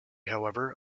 however